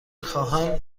خواهم